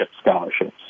scholarships